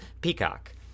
Peacock